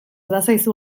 bazaizu